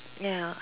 ya